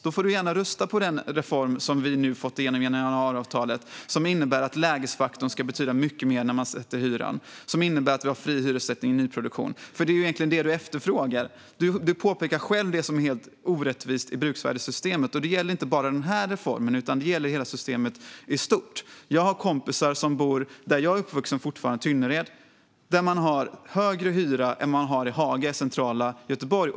Då får du gärna rösta på den reform som vi nu har fått igenom i och med januariavtalet. Den innebär att lägesfaktorn ska betyda mycket mer när man sätter hyran. Den innebär fri hyressättning i nyproduktion. Det är egentligen det du efterfrågar. Du påpekar själv det som är orättvist i bruksvärdessystemet. Det gäller inte bara den här reformen. Det gäller systemet i stort. Jag har kompisar som fortfarande bor där jag är uppvuxen, i Tynnered. Där är hyran högre än den är i Haga, i centrala Göteborg.